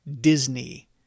Disney